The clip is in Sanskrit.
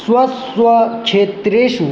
स्व स्व क्षेत्रेषु